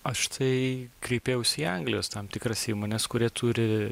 aš tai kreipiausi į anglijos tam tikras įmones kurie turi